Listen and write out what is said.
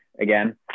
again